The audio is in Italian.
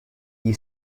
gli